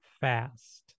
fast